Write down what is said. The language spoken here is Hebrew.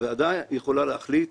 הוועדה יכולה להחליט